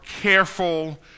careful